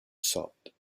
sobbed